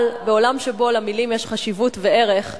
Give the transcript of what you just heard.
אבל בעולם שבו למלים יש חשיבות וערך,